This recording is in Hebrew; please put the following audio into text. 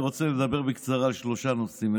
אני רוצה לדבר בקצרה על שלושה נושאים.